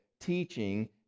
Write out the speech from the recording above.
teaching